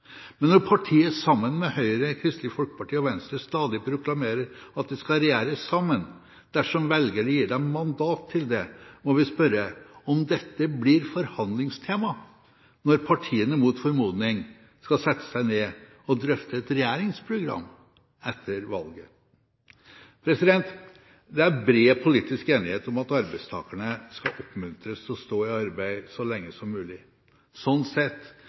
Men når partiet sammen med Høyre, Kristelig Folkeparti og Venstre stadig proklamerer at de skal regjere sammen dersom velgerne gir dem mandat til det, må vi spørre om dette blir forhandlingstema når partiene mot formodning skal sette seg ned og drøfte et regjeringsprogram etter valget. Det er bred politisk enighet om at arbeidstakerne skal oppmuntres til å stå i arbeid så lenge som mulig. Slik sett